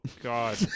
God